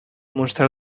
mostra